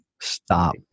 Stop